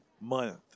month